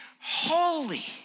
holy